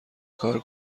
کار